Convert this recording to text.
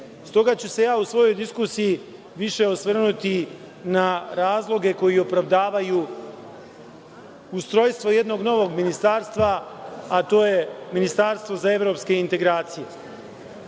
toga ću se u svojoj diskusiji više osvrnuti na razloge koji opravdavaju ustrojstvo jednog novog ministarstva, a to je ministarstvo za evropske integracije.